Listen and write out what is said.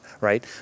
right